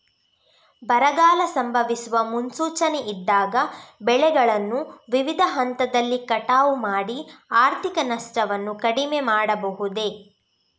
ಬರಗಾಲ ಸಂಭವಿಸುವ ಮುನ್ಸೂಚನೆ ಇದ್ದಾಗ ಬೆಳೆಗಳನ್ನು ವಿವಿಧ ಹಂತದಲ್ಲಿ ಕಟಾವು ಮಾಡಿ ಆರ್ಥಿಕ ನಷ್ಟವನ್ನು ಕಡಿಮೆ ಮಾಡಬಹುದೇ?